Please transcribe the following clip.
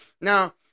Now